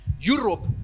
Europe